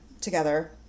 together